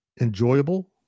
enjoyable